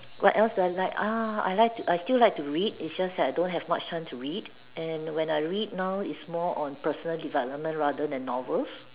what else do I like ah I like I still like to read is just that I don't have much time to read and when I read now is more on personal development rather than novels